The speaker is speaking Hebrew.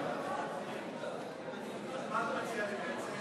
כאילו עוד רגולציה נגד מעסיקים או מעסיקות.